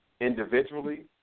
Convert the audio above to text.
individually